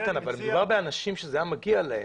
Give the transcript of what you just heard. אבל מדובר באנשים שהיה מגיע להם.